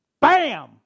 bam